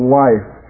life